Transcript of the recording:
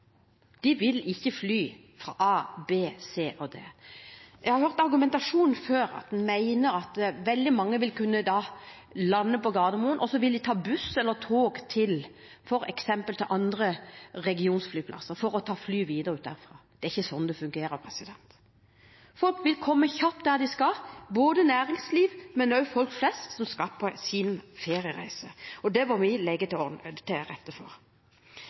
de samme. Når denne delen av næringslivet skal blomstre, skal vi i alle fall sikre at det blomstrer i Norge. Folk i Norge vil ikke fly fra A, B, C eller D. Jeg har hørt argumentasjonen før. Man mener at veldig mange vil lande på Gardermoen for så å ta buss eller tog f.eks. til andre regionflyplasser for å fly videre derfra. Det er ikke sånn det fungerer. Folk vil komme kjapt dit de skal, både næringsliv og folk flest som skal på feriereise. Og det må vi legge til rette